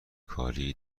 کاری